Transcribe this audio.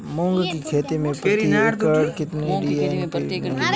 मूंग की खेती में प्रति एकड़ कितनी डी.ए.पी डालनी चाहिए?